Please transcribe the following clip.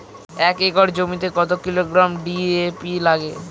এক একর জমিতে কত কিলোগ্রাম ডি.এ.পি লাগে?